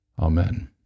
Amen